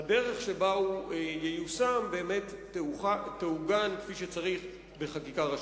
הדרך שבה הוא ייושם באמת תעוגן כפי שצריך בחקיקה ראשית.